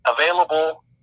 available